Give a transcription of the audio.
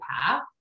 path